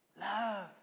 love